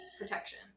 protection